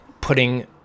putting